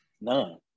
none